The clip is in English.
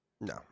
No